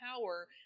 power